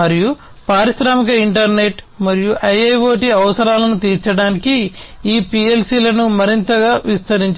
మరియు పారిశ్రామిక ఇంటర్నెట్ మరియు IIoT అవసరాలను తీర్చడానికి ఈ పిఎల్సిలను మరింత విస్తరించవచ్చు